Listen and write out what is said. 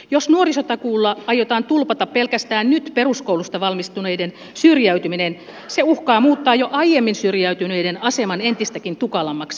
jos nuorisotakuulla aiotaan tulpata pelkästään nyt peruskoulusta valmistuneiden syrjäytyminen se uhkaa muuttaa jo aiemmin syrjäytyneiden aseman entistäkin tukalammaksi